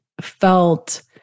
felt